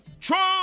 Trump